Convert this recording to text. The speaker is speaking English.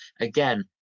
Again